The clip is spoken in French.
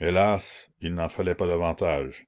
hélas il n'en fallait pas davantage